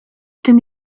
tym